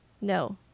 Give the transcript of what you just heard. No